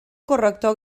corrector